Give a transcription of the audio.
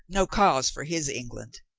no cause for his england.